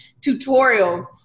tutorial